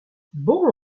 bon